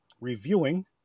Reviewing